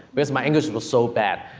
because my english was so bad.